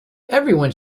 everyone